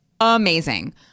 amazing